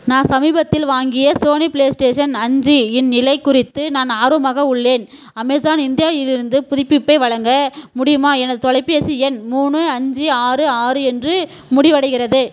நான் சமீபத்தில் வாங்கிய சோனி பிளேஸ்டேஷன் அஞ்சு இன் நிலை குறித்து நான் ஆர்வமாக உள்ளேன் அமேசான் இந்தியாவிலிருந்து புதுப்பிப்பை வழங்க முடியுமா எனது தொலைபேசி எண் மூணு அஞ்சு ஆறு ஆறு என்று முடிவடைகிறது